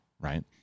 right